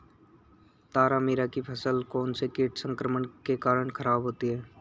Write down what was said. तारामीरा की फसल कौनसे कीट संक्रमण के कारण खराब होती है?